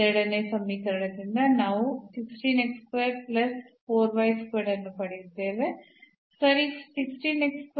ಎರಡನೇ ಸಮೀಕರಣದಿಂದ ನಾವು ಅನ್ನು ಪಡೆಯುತ್ತೇವೆ